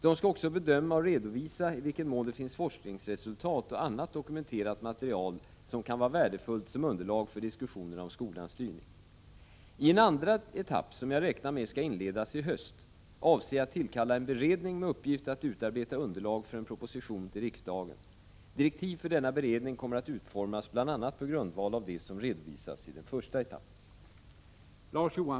De skall också bedöma och redovisa i vilken mån det finns forskningsresultat och annat dokumenterat material som kan vara värdefullt som underlag för diskussionerna om skolans styrning. I en andra etapp, som jag räknar med skall inledas i höst, avser jag att tillkalla en beredning med uppgift att utarbeta underlag för en proposition till riksdagen. Direktiv för denna beredning kommer att utformas bl.a. på grundval av det som redovisas i den första etappen.